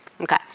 Okay